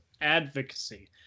advocacy